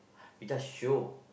you just show